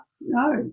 No